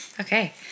Okay